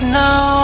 now